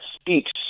speaks